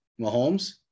Mahomes